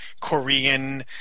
Korean